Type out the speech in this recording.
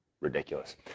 ridiculous